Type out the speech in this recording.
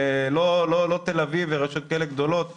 לא תל אביב ורשויות גדולות כאלה,